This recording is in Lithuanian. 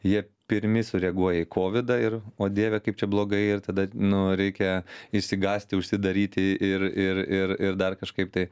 jie pirmi sureaguoja į kovidą ir o dieve kaip čia blogai ir tada nu reikia išsigąsti užsidaryti ir ir ir ir dar kažkaip tai